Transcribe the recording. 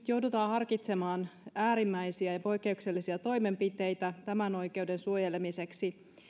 joudutaan harkitsemaan äärimmäisiä ja poikkeuksellisia toimenpiteitä tämän oikeuden suojelemiseksi